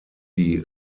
die